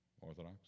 Orthodox